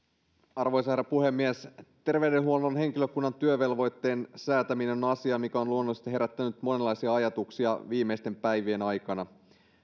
arvoisa herra puhemies terveydenhuollon henkilökunnan työvelvoitteen säätäminen on asia mikä on luonnollisesti herättänyt monenlaisia ajatuksia viimeisten päivien aikana